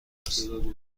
است